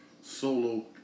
solo